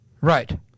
Right